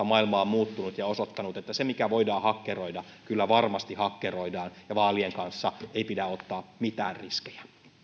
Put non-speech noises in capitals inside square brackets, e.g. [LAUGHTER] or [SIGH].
[UNINTELLIGIBLE] maailma on muuttunut ja osoittanut että se mikä voidaan hakkeroida kyllä varmasti hakkeroidaan ja vaalien kanssa ei pidä ottaa mitään riskejä